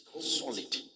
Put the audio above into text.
solid